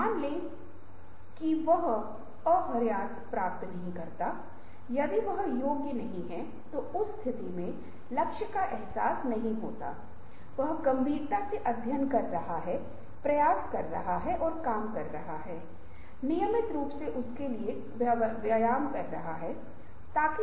क्या लागत अधिक और निम्न है फिर कम लागत को प्राथमिकता दी जाती है या आपको कुछ अन्य तरीके मिल सकते हैं कि काँच को कैसे लपेटा जा सकता है